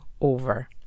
over